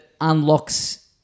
unlocks